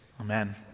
Amen